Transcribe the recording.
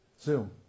Zoom